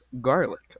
garlic